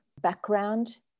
background